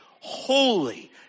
Holy